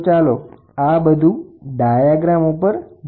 તો ચાલો આ બધું ડાયાગ્રામ ઉપર જોઈએ